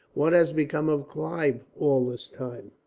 what has become of clive, all this time?